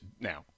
now